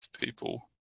people